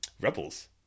Rebels